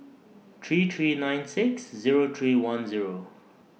three three nine six Zero three one Zero